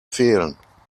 fehlen